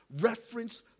reference